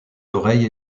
oreilles